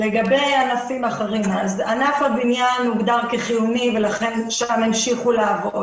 לגביה נושאים האחרים ענף הבניין הוגדר כחיוני ולכן שם המשיכו לעבוד.